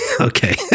okay